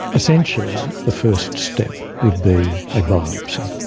essentially, the first step would be a biopsy.